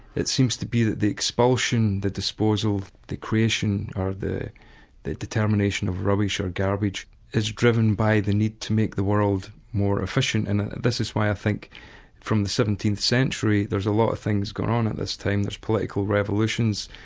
it seems to be that the expulsion, the disposal, the creation or the the determination of rubbish or garbage is driven by the need to make the world more efficient, and this is why i think from the seventeenth century, there's a lot of things going on at this time there's political revolutions,